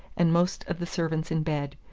and most of the servants in bed,